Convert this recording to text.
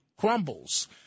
crumbles